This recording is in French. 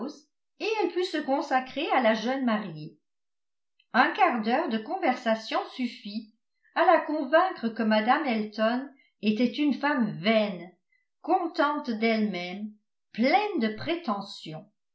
et elle put se consacrer à la jeune mariée un quart d'heure de conversation suffit à la convaincre que mme elton était une femme vaine contente d'elle-même pleine de prétentions